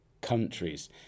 countries